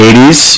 80's